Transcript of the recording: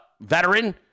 veteran